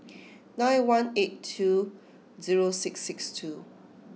nine one eight two zero six six two